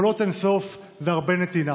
יכולות אין-סוף והרבה נתינה.